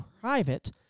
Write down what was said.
private